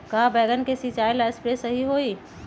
का बैगन के सिचाई ला सप्रे सही होई?